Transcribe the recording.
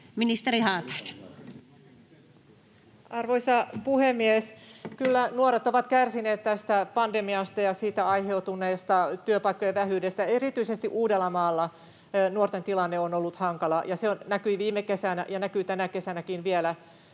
Content: Arvoisa puhemies! Kyllä nuoret ovat kärsineet tästä pandemiasta ja siitä aiheutuneesta työpaikkojen vähyydestä. Erityisesti Uudellamaalla nuorten tilanne on ollut hankala, ja se näkyi viime kesänä ja näkyy vielä tänäkin kesänä